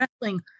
wrestling